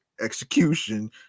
execution